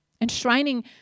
enshrining